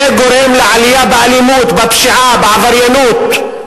זה גורם לעלייה באלימות, בפשיעה, בעבריינות,